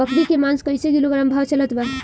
बकरी के मांस कईसे किलोग्राम भाव चलत बा?